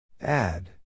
Add